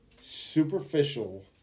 superficial